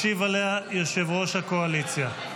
ישיב עליה יושב-ראש הקואליציה.